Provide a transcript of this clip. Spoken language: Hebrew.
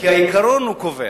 כי העיקרון הוא הקובע.